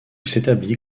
s’établit